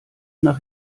nach